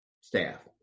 staff